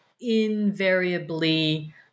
invariably